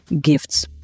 GIFTS